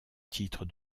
titre